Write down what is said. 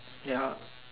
ya